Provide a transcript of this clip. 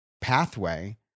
pathway